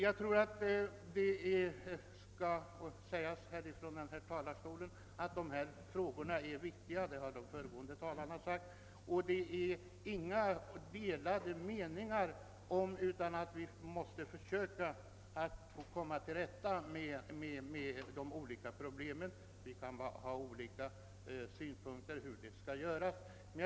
Jag tror inte att det skadar att upprepa vad de föregående talarna har sagt, att dessa frågor är viktiga. Det föreligger inga delade meningar om att vi måste försöka komma till rätta med de olika problemen, men vi kan ha olika synpunkter på hur det skall gå till.